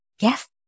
Yes